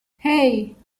hey